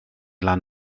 lan